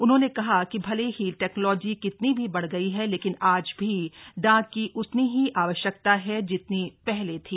उन्होंने कहा कि भले ही टेक्नोलॉजी कितनी भी बढ़ गई है लेकिन आज भी डाक की उतनी ही आवश्यकता है जितनी पहले थी